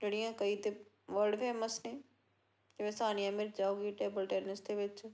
ਜਿਹੜੀਆਂ ਕਈ ਤਾਂ ਵਰਡ ਫੇਮਸ ਨੇ ਜਿਵੇਂ ਸਾਨੀਆ ਮਿਰਜ਼ਾ ਹੋ ਗਈ ਟੇਬਲ ਟੈਨਿਸ ਦੇ ਵਿੱਚ